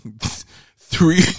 three